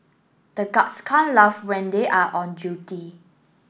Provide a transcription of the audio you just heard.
the guards can't laugh when they are on duty